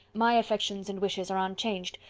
my affections and wishes are unchanged,